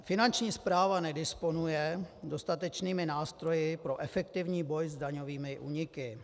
Finanční správa nedisponuje dostatečnými nástroji pro efektivní boj s daňovými úniky.